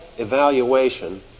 Evaluation